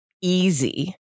easy